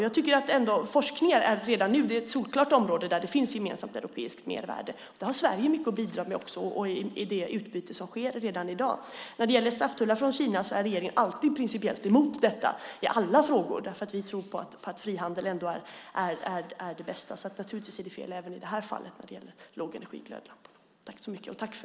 Jag tycker redan nu att forskningen är ett solklart område där det finns ett gemensamt europeiskt mervärde och där Sverige har mycket att bidra med i det utbyte som sker redan i dag. När det gäller strafftullar på varor från Kina är regeringen alltid principiellt emot sådana, i alla sammanhang, eftersom vi tror att frihandel trots allt är det bästa. Naturligtvis är det fel även i fråga om lågenergiglödlampor.